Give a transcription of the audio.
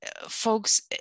folks